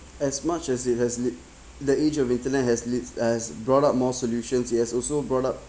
as much as it has lead the age of internet has leads us brought up more solutions it has also brought up